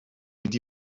mynd